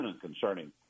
concerning